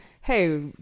hey